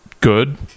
good